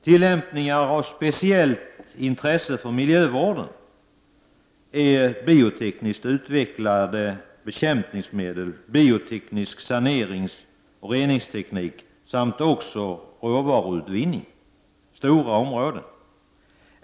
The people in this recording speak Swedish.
Tillämpningar av speciellt intresse för miljövården är biotekniskt utvecklade bekämpningsmedel, bioteknisk saneringsoch reningsteknik samt råvaruutvinning. Det är alltså fråga om stora områden.